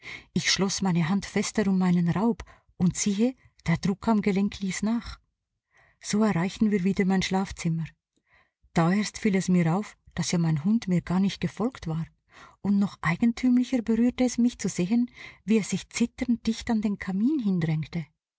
ich schloß meine hand fester um meinen raub und siehe der druck am gelenk ließ nach so erreichten wir wieder mein schlafzimmer da erst fiel es mir auf daß ja mein hund mir garnicht gefolgt war und noch eigentümlicher berührte es mich zu sehen wie er sich zitternd dicht an den kamin hindrängte